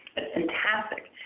fantastic.